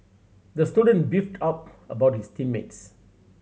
the student beefed out about his team mates